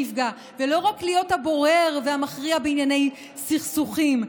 שנפגע" ולא רק להיות הבורר והמכריע בענייני סכסוכים,